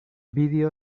video